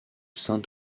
saint